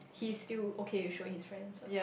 he's still okay with showing his friends lah